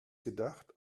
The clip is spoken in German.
gedacht